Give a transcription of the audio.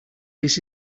this